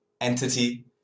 entity